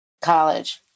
college